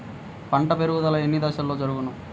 పంట పెరుగుదల ఎన్ని దశలలో జరుగును?